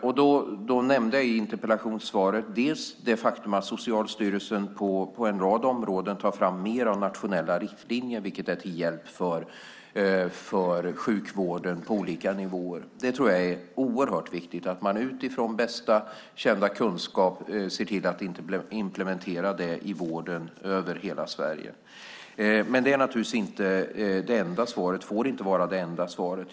Jag nämnde i interpellationssvaret att Socialstyrelsen tar fram fler nationella riktlinjer på en rad områden, vilket är till hjälp för sjukvården på olika nivåer. Jag tror att det är oerhört viktigt att man utifrån bästa kända kunskap ser till att implementera det i vården över hela Sverige. Men det får naturligtvis inte vara det enda svaret.